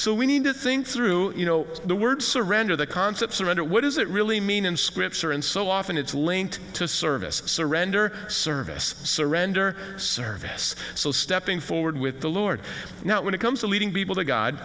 so we need to think through you know the word surrender the concepts of honor what does it really mean in scripture and so often it's linked to service surrender service surrender service so stepping forward with the lord now when it comes to leading people to g